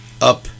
up